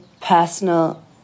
personal